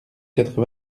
quatre